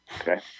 okay